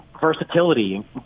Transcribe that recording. versatility